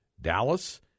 Dallas